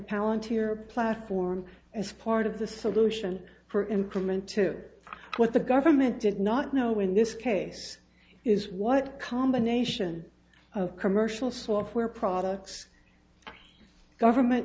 your platform as part of the solution for improvement to what the government did not know in this case is what combination of commercial software products government